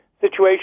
Situation